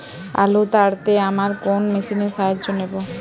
আলু তাড়তে আমরা কোন মেশিনের সাহায্য নেব?